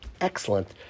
Excellent